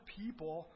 people